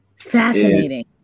Fascinating